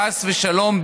חס ושלום,